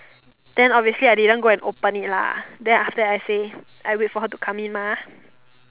then obviously I didn't go and open it lah then after that I say I wait for her to come in mah